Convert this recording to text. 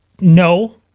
no